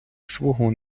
свого